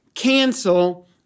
cancel